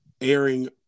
airing